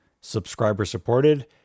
subscriber-supported